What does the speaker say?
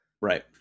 Right